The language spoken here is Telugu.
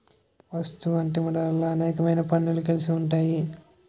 వస్తూ అంతిమ ధరలో అనేకమైన పన్నులు కలిసి ఉంటాయి